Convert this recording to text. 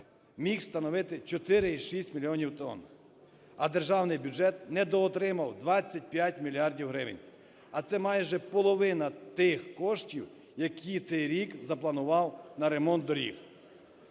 міг становити 4,6 мільйонів тонн, а державний бюджет недоотримав 25 мільярдів гривень. А це майже половина тих коштів, які цей рік запланував на ремонт доріг.